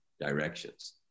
directions